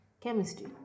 chemistry